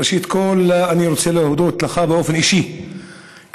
ראשית כול אני רוצה להודות לך באופן אישי כיושב-ראש